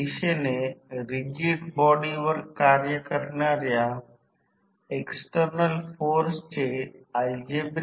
म्हणजेच R c आणि X m समान परिमाणांचे मूल्य मिळेल